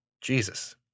Jesus